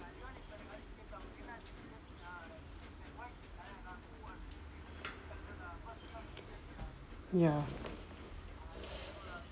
ya